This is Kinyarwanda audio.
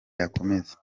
yakomeza